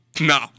No